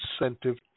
incentive